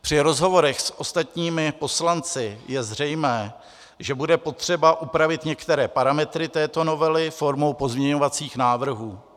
Při rozhovorech s ostatními poslanci je zřejmé, že bude potřeba upravit některé parametry této novely formou pozměňovacích návrhů.